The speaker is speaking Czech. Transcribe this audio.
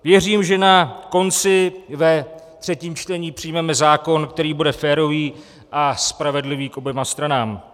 Věřím, že na konci ve třetím čtení přijmeme zákon, který bude férový a spravedlivý k oběma stranám.